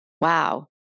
Wow